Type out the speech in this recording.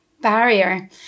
barrier